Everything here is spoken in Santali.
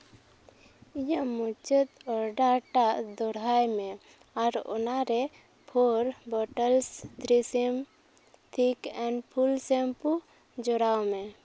ᱤᱧᱟᱹᱜ ᱢᱩᱪᱟᱹᱫ ᱚᱰᱟᱨ ᱴᱟᱜ ᱫᱚᱦᱲᱟᱭ ᱢᱮ ᱟᱨ ᱚᱱᱟᱨᱮ ᱯᱷᱳᱨ ᱵᱚᱴᱚᱞᱥ ᱛᱨᱤᱥᱤᱢ ᱛᱷᱤᱠ ᱮᱱ ᱯᱷᱩᱞ ᱥᱮᱢᱯᱩ ᱡᱚᱲᱟᱣ ᱢᱮ